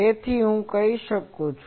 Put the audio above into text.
તેથી તે માટે હું શું કરી શકું છું